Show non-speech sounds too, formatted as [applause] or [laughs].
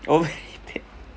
oh [laughs]